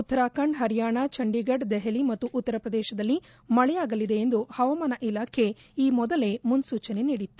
ಉತ್ತರಾಖಂಡ್ ಹರಿಯಾಣ ಚಂಡೀಗಢ್ ದೆಹಲಿ ಮತ್ತು ಉತ್ತರಪ್ರದೇಶದಲ್ಲಿ ಮಳೆಯಾಗಲಿದೆ ಎಂದು ಹವಾಮಾನ ಇಲಾಖೆ ಈ ಮೊದಲೇ ಮುನ್ಸೂಚನೆ ನೀಡಿತ್ತು